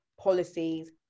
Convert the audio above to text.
policies